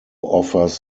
offers